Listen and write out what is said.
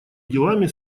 делами